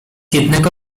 jednego